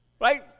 Right